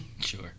Sure